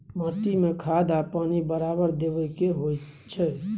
माटी में खाद आ पानी बराबर देबै के होई छै